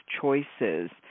choices